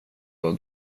och